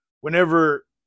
whenever –